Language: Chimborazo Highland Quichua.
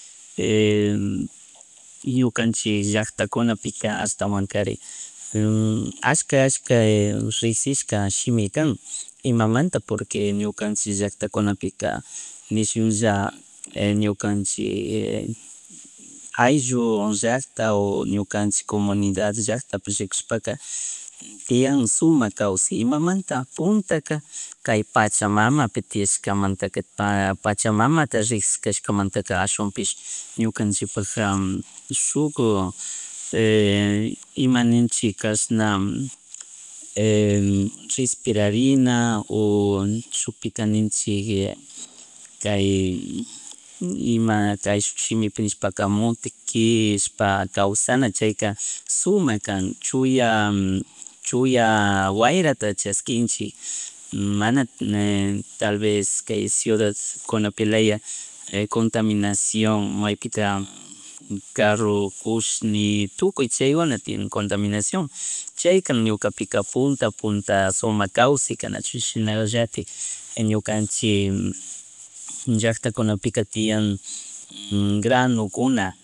Ñukanchik llacktakunapika ashtawankari ashka ashka rikshishka shimi kan imamata porque ñukanchik llacktapika nishunlla ñukanchik ayllu llacta o ñukanchik comundiad llackta rikushpaka tiyan shumak kawshay imanta puntaka kay pachamamatiyashkamantaka pachamamata ricgshikakamanta ashawanpish ñukanchikpa shuk imanichik kashna respirarina o shukpika ninchik kay ima kayshuk shimi nishpaka motoquishpa kawsana chayka shumak kan chuya chuya chya wayrata chashkunchik mana tal vez kay ciudad kunapilaya contaminaciòn maypika carro kushni tukuy chaykuna tiyakunata tiyan contaminacion chay ñukapika punta punta sumak kawsay kana nachuchig shinallatik ñukanchik llacktakunapika tiyan granukuna